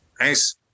Nice